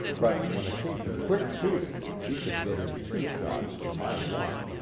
but when it came to quick shooting, he could get in two shots to my one.